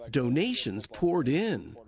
donations poured in.